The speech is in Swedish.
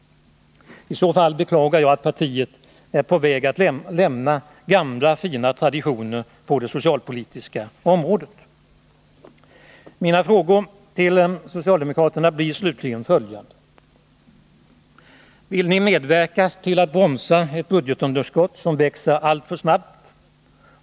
I så fall beklagar jag att partiet är på väg att lämna gamla fina traditioner på det socialpolitiska området. Mina frågor till socialdemokraterna blir slutligen följande: Vill ni medverka till att bromsa ett budgetunderskott som växer alltför snabbt?